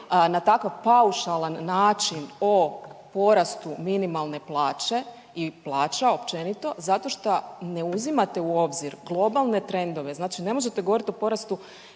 na takav paušalan način o porastu minimalne plaće i plaća općenito zato šta ne uzimate u obzir globalne trendove. Znači ne možete govoriti o porastu